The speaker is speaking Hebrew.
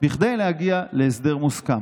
כדי להגיע להסדר מוסכם.